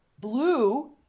Blue